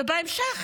ובהמשך,